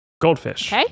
Goldfish